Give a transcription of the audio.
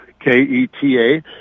K-E-T-A